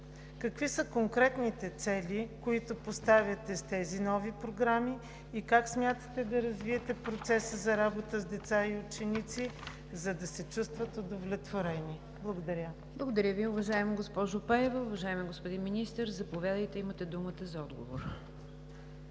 Какви са конкретните цели, които поставяте с тези нови програми и как смятаме да развиете процеса за работа с деца и ученици, за да се чувстват удовлетворени? Благодаря. ПРЕДСЕДАТЕЛ НИГЯР ДЖАФЕР: Благодаря Ви, уважаема госпожо Пеева. Уважаеми господин Министър, заповядайте. Имате думата за отговор.